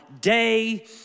day